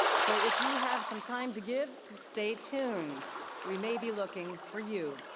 so if you have some time to give, stay tuned we may be looking for you!